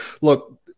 Look